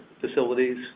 facilities